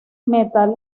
metal